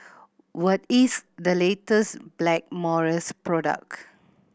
what is the latest Blackmores product